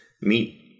meet